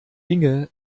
inge